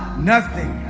nothing